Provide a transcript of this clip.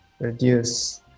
reduce